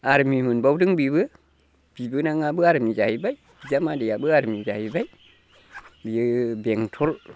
आरमि मोनबावदों बिबो बिबोनांआबो आरमि जाहैबाय बिजामादैआबो आरमि जाहैबाय बियो बेंथल